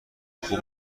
خوب